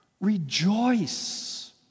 rejoice